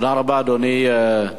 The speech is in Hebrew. תודה רבה, אדוני.